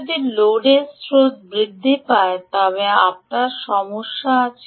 যদি লোডের স্রোত বৃদ্ধি পায় তবে আপনার সমস্যা আছে